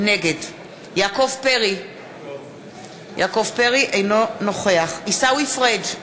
נגד יעקב פרי, אינו נוכח עיסאווי פריג'